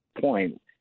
point